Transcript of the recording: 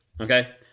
Okay